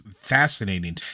fascinating